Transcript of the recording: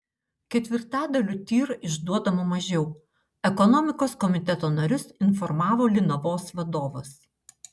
ketvirtadaliu tir išduodama mažiau ekonomikos komiteto narius informavo linavos vadovas